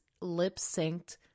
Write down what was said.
lip-synced